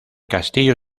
castillo